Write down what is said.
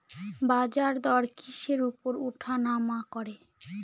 বাজারদর কিসের উপর উঠানামা করে?